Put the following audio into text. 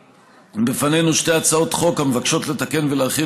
בפנינו שתי הצעות חוק המבקשות לתקן ולהרחיב